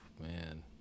Man